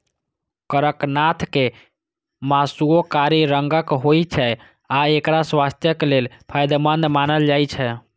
कड़कनाथ के मासुओ कारी रंगक होइ छै आ एकरा स्वास्थ्यक लेल फायदेमंद मानल जाइ छै